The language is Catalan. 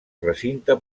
recinte